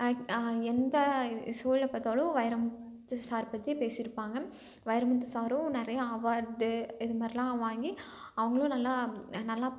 எந்த சூழல பார்த்தாலும் வைரமுத்து சார் பற்றி பேசியிருப்பாங்க வைரமுத்து சாரும் நிறைய அவார்டு இது மாதிரிலாம் வாங்கி அவர்களும் நல்லா நல்லா